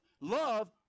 love